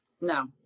No